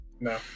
No